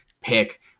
pick